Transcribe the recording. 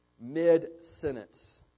mid-sentence